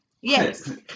Yes